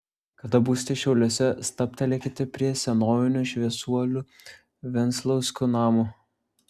kada būsite šiauliuose stabtelėkite prie senovinio šviesuolių venclauskų namo